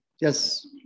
yes